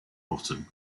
bottom